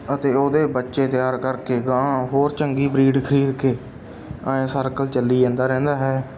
ਅਤੇ ਉਹਦੇ ਬੱਚੇ ਤਿਆਰ ਕਰਕੇ ਅਗਾਂਹ ਹੋਰ ਚੰਗੀ ਬਰੀਡ ਖਰੀਦ ਕੇ ਐਂ ਸਰਕਲ ਚੱਲੀ ਜਾਂਦਾ ਰਹਿੰਦਾ ਹੈ